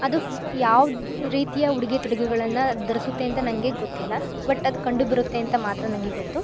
ಅದು ಫ ಯಾವ ರೀತಿಯ ಉಡುಗೆ ತೊಡುಗೆಗಳನ್ನು ಧರಿಸುತ್ತೆ ಅಂತ ನಂಗೆ ಗೊತ್ತಿಲ್ಲ ಬಟ್ ಅದು ಕಂಡುಬರುತ್ತೆ ಅಂತ ಮಾತ್ರ ನಂಗೆ ಗೊತ್ತು